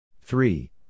three